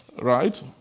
Right